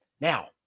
Now